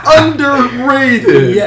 underrated